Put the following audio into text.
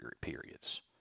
periods